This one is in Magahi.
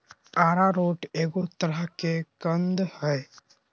अरारोट एगो तरह के कंद हइ